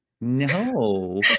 No